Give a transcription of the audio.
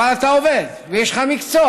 אתה עובד ויש לך מקצוע.